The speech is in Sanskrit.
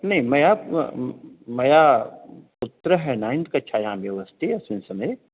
नै मया मया पुत्रः नैन्थ् कक्षायाम् एव अस्ति अस्मिन् समये